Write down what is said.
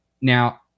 Now